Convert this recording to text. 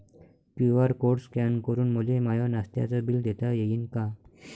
QR code scan करून मले माय नास्त्याच बिल देता येईन का?